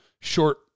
short